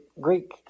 Greek